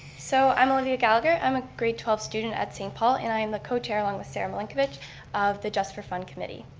so i'm olivia gallagher, i'm a grade twelve student at saint paul, and i am the coach here along with sarah malinkovich of the just for fun committee.